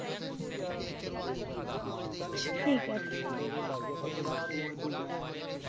ठीक ऐ ठी